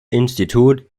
institut